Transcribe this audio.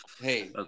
Hey